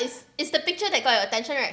it's the picture that got your attention right